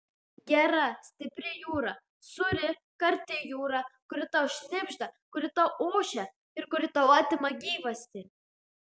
gera stipri jūra sūri karti jūra kuri tau šnibžda kuri tau ošia ir kuri tau atima gyvastį